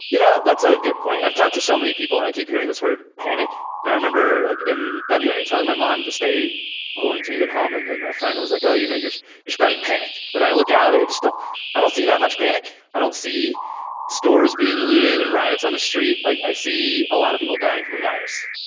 you know, that's a good point. i've talked to so many people and i keep hearing this word panic. and i remember like in february telling my mom to stay quarantined at home, and and a friend was like, oh! you know you're you're spreading panic. but when i look out, i just don't i don't see that much panic. i don't see stores being looted and riots on the street. like i see a lot of people dying from a virus,